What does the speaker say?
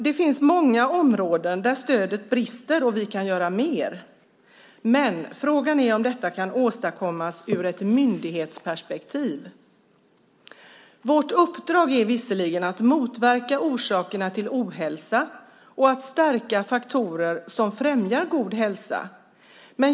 Det finns många områden där stödet brister och där vi kan göra mer. Frågan är dock om detta kan åstadkommas ur ett myndighetsperspektiv. Vårt uppdrag är visserligen att motverka orsakerna till ohälsa och att stärka faktorer som främjar god hälsa.